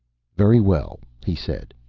very well, he said.